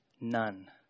None